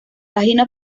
página